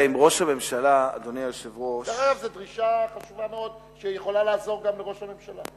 זאת דרישה חשובה מאוד שיכולה לעזור גם לראש הממשלה.